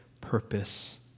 purpose